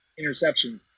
interceptions